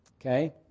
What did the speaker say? okay